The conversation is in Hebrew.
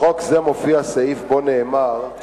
בחוק זה מופיע סעיף שבו נאמר כי